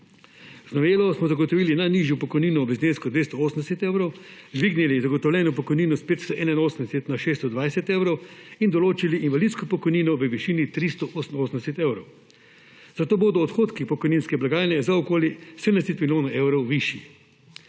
Z novelo smo zagotovili najnižjo pokojnino v znesku 280 evrov, dvignili zagotovljeno pokojnino s 581 na 620 evrov in določili invalidsko pokojnino v višini 388 evrov, zato bodo odhodki pokojninske blagajne za okoli 70 milijonov evrov višji.